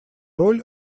роль